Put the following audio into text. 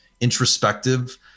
introspective